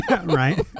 Right